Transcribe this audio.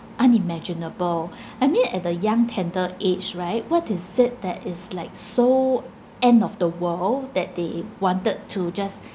unimaginable I mean at a young tender age right what is it that is like so end of the world that they wanted to just